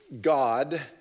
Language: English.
God